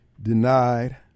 Denied